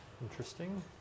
interesting